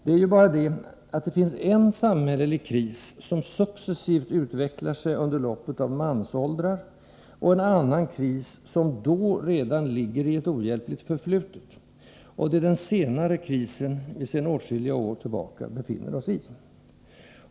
Det är ju bara det att det finns en samhällelig kris som successivt utvecklar sig under loppet av mansåldrar och en annan kris som under samma tid redan ligger i ett ohjälpligt förflutet — och det är den senare krisen vi sedan åtskilliga år tillbaka befinner oss i.